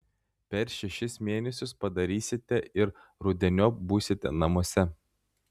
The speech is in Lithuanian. per šešis mėnesius padarysite ir rudeniop būsite namuose